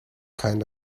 kind